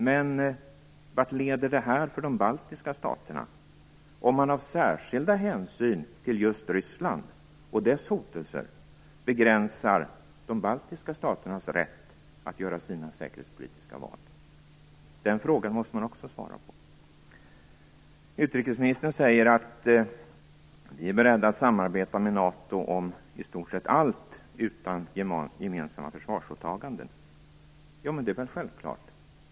Men vart leder det här för de baltiska staterna, om man av särskild hänsyn till just Ryssland och dess hotelser begränsar de baltiska staternas rätt att göra sina säkerhetspolitiska val? Den frågan måste man också svara på. Utrikesministern säger: Vi är beredda att samarbeta med NATO om i stort sett allt utom gemensamma försvarsåtaganden. Det är väl självklart.